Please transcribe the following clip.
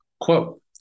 Quote